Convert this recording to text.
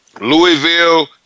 Louisville